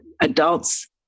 adults